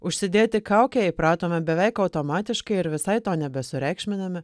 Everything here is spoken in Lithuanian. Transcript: užsidėti kaukę įpratome beveik automatiškai ir visai to nebesureikšminame